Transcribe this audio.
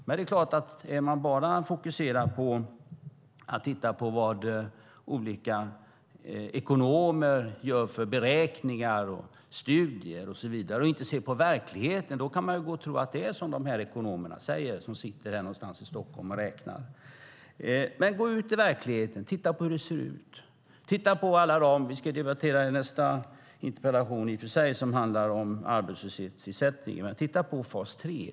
Men om man bara är fokuserad på att titta på vilka beräkningar och studier olika ekonomer gör och inte ser på verkligheten, då kan man ju tro att det är som ekonomerna säger, de som sitter här någonstans i Stockholm och räknar. Gå ut i verkligheten och titta på hur det ser ut! Vi ska debattera mer om det när vi behandlar nästa interpellation, som handlar om arbetslöshetsersättningen. Men titta på fas 3!